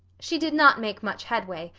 she did not make much headway,